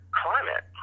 climate